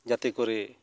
ᱡᱟᱛᱮ ᱠᱚᱨᱮ